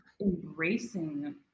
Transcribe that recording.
embracing